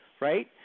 right